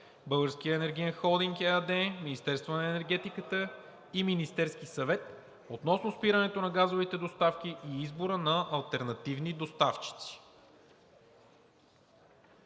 „Българския енергиен холдинг“ ЕАД, Министерството на енергетиката и Министерския съвет относно спирането на газовите доставки и избора на алтернативни доставчици.“